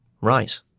Right